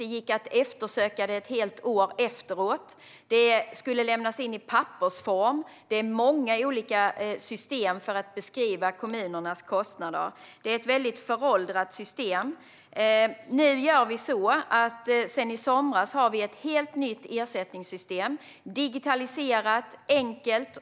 Det gick att eftersöka det ett helt år efteråt. Det skulle lämnas in i pappersform. Det är många olika system för att beskriva kommunernas kostnader. Det är ett väldigt föråldrat system. Sedan i somras har vi ett helt nytt ersättningssystem, som är digitaliserat och enkelt.